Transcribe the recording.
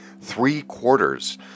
Three-quarters